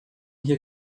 hier